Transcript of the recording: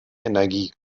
energie